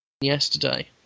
yesterday